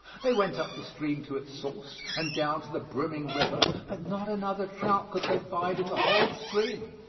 they went up the stream to its source and down to the brimming river, but not another trout could they find in the whole stream